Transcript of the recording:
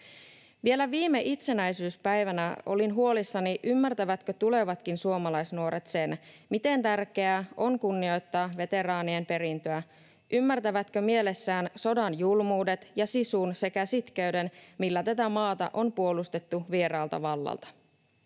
Vielä viime itsenäisyyspäivänä olin huolissani, ymmärtävätkö tulevatkin suomalaisnuoret sen, miten tärkeää on kunnioittaa veteraanien perintöä. Ymmärtävätkö he mielessään sodan julmuudet ja sisun sekä sitkeyden, millä tätä maata on puolustettu vieraalta vallalta?